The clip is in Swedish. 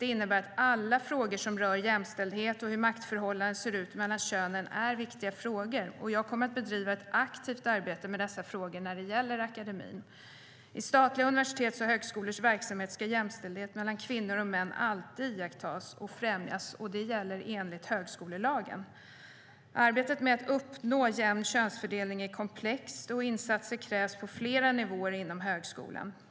Det innebär att alla frågor som rör jämställdhet och hur maktförhållandena ser ut mellan könen är viktiga frågor, och jag kommer att bedriva ett aktivt arbete med dessa frågor när det gäller akademin.I statliga universitets och högskolors verksamhet ska jämställdhet mellan kvinnor och män alltid iakttas och främjas, och det gäller enligt högskolelagen. Arbetet med att uppnå en jämn könsfördelning är komplext, och insatser krävs på flera nivåer inom högskolan.